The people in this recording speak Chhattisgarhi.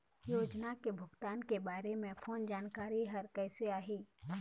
योजना के भुगतान के बारे मे फोन जानकारी हर कइसे आही?